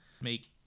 make